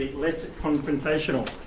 less confrontational.